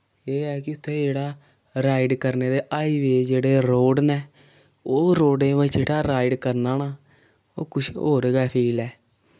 एह् ऐ कि उत्थै जेह्ड़ा राइड करने दे हाईवे जेह्ड़े रोड़ न ओह् रोड़ें पर जेह्ड़ा राइड करना ना ओह् किश और गै फील ऐ